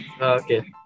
okay